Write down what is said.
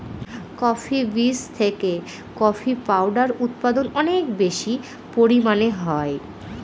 coffee বীজ থেকে coffee powder উৎপাদন অনেক বেশি পরিমানে হয়